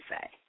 say